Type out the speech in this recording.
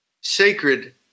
sacred